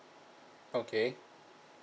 okay